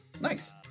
nice